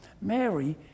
Mary